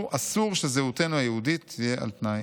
אסור שזהותנו היהודית תהיה על תנאי.